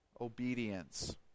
obedience